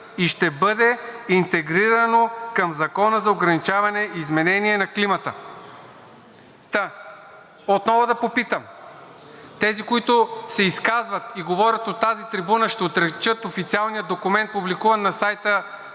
и ще бъде интегрирано към Закона за ограничаване изменението на климата.“ Та, отново да попитам. Тези, които се изказват и говорят от тази трибуна, ще отрекат официалния документ, публикуван на сайта